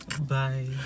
Bye